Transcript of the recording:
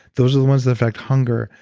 those are the ones that affect hunger,